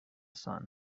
sun